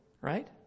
right